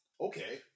Okay